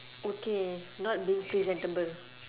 okay not being presentable